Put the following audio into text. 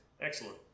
Excellent